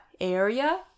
area